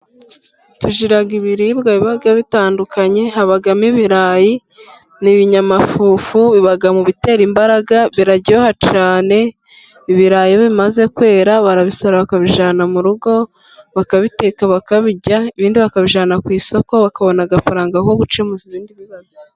Tugira ibiribwa biba bitandukanye. Habamo ibirayi ni ibinyamafufu biba mu bitera imbaraga. Biraryoha cyane. Ibirayi iyo bimaze kwera barabisarura bakabijyana mu rugo bakabiteka, bakabirya. Ibindi bakabijyana ku isoko bakabona amafaranga yo gukemuza ibindi.